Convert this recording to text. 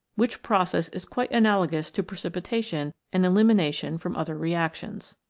which process is quite analogous to precipitation and elimination from other reactions.